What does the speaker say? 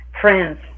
friends